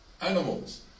animals